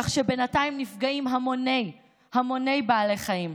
כך שבינתיים נפגעים המוני המוני בעלי חיים.